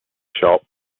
shop